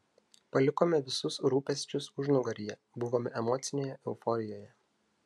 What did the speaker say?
palikome visus rūpesčius užnugaryje buvome emocinėje euforijoje